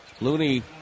Looney